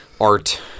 art